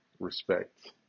respect